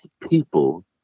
people